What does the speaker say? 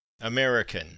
American